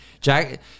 Jack